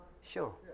Sure